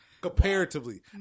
Comparatively